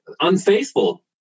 unfaithful